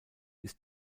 ist